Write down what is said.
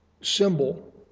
symbol